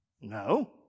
No